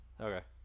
Okay